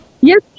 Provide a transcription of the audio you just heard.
Yes